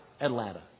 Atlanta